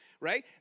right